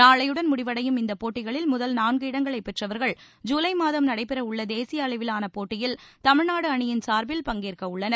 நாளையுடன் முடிவடையும் இந்தப் போட்டிகளில் முதல் நான்கு இடங்களைப் பெற்றவர்கள் ஜூலை மாதம் நடைபெறவுள்ள தேசிய அளவிலான போட்டியில் தமிழ்நாடு அணியின் சார்பில் பங்கேற்கவுள்ளனர்